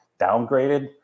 downgraded